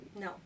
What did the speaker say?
no